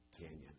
Canyon